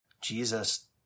Jesus